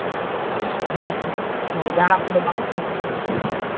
ᱦᱮᱸ ᱦᱮᱸ ᱡᱟᱦᱟᱱᱟᱜ ᱠᱚᱫᱚ ᱵᱟᱝ